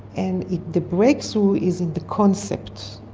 and the breakthrough is in the concept.